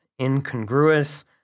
incongruous